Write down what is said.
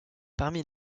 parmi